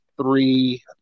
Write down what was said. three